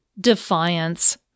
Defiance